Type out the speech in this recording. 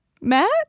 matt